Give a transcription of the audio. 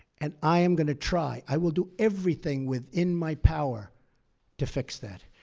and i am going to try i will do everything within my power to fix that.